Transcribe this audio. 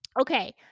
Okay